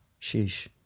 sheesh